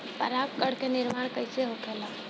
पराग कण क निर्माण कइसे होखेला?